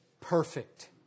perfect